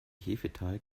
hefeteig